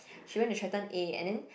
she went to threaten A and then